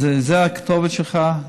אז זו הכתובת שלך.